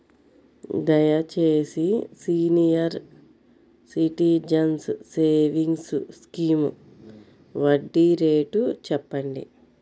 దయచేసి senior citizens savings scheme వడ్డీ rate చెప్పండి